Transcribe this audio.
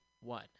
one